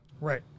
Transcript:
Right